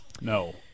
No